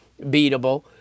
beatable